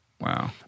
Wow